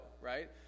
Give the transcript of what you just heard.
right